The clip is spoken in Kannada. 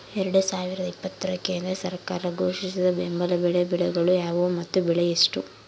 ಎರಡು ಸಾವಿರದ ಇಪ್ಪತ್ತರ ಕೇಂದ್ರ ಸರ್ಕಾರ ಘೋಷಿಸಿದ ಬೆಂಬಲ ಬೆಲೆಯ ಬೆಳೆಗಳು ಯಾವುವು ಮತ್ತು ಬೆಲೆ ಎಷ್ಟು?